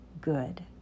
good